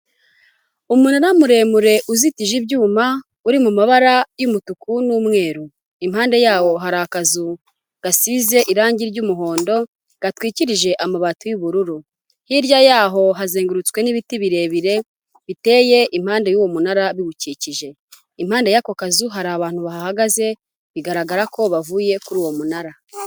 Umunara muremure uzitije ibyuma, uri mu mabara y'umutuku n'umweru, impande yawo hari akazu gasize irangi ry'umuhondo gatwikirije amabati y'ubururu, hirya yaho hazengurutswe n'ibiti birebire biteye impande y'uwo munara biwukikije. Impande y'ako kazu hari abantu bahahagaze bigaragara ko bavuye kuri uwo munara.